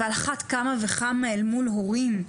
ועל אחת כמה וכמה אל מול הורים,